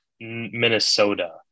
Minnesota